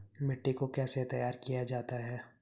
मिट्टी को कैसे तैयार किया जाता है?